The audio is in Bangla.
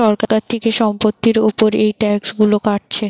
সরকার থিকে সম্পত্তির উপর এই ট্যাক্স গুলো কাটছে